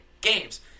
games